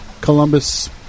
Columbus